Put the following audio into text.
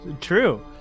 True